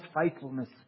faithfulness